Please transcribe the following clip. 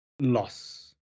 loss